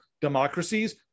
democracies